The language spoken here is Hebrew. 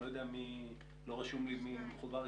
אני נמצא פה וגם הילה,